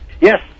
Yes